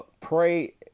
Pray